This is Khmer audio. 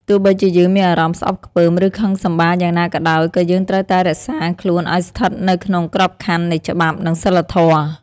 ទោះបីជាយើងមានអារម្មណ៍ស្អប់ខ្ពើម ឬខឹងសម្បារយ៉ាងណាក៏ដោយ ក៏យើងត្រូវតែរក្សាខ្លួនឲ្យស្ថិតនៅក្នុងក្របខ័ណ្ឌនៃច្បាប់ និងសីលធម៌។